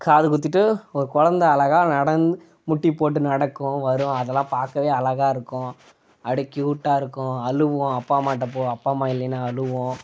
காது குத்திட்டு ஒரு குழந்த அழகாக நடந்த முட்டி போட்டு நடக்கும் வரும் அதெலாம் பார்க்கவே அழகாக இருக்கும் அப்படி க்யூட்டாக இருக்கும் அழுகும் அப்பா அம்மாகிட்ட போ அப்பா அம்மா இல்லைனா அழுகும்